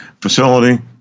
facility